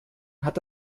hat